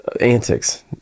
Antics